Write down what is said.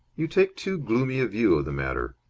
you take too gloomy a view of the matter.